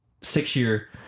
six-year